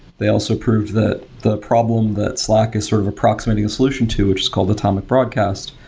they also prove that the problem that slack is sort of approximating a solution to, which is called atomic broadcast,